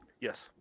Yes